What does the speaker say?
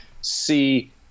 see